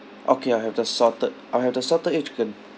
okay I'll have the salted I'll have the salted egg chicken